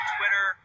Twitter